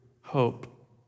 hope